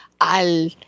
al